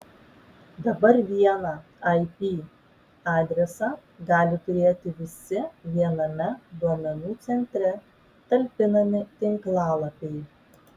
dabar vieną ip adresą gali turėti visi viename duomenų centre talpinami tinklalapiai